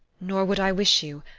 nor would i wish you.